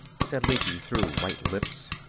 said lecky, through white lips.